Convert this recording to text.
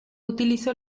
utilizó